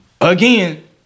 Again